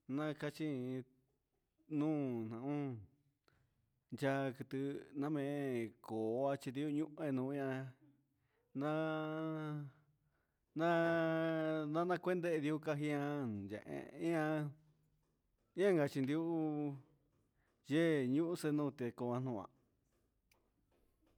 Maan ca chin nuun jaan namee cuachi nian nana cuende ndioo cajin ean yehe ean guencachi yee ñuhun cenote coa noan